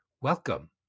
Welcome